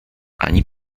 ani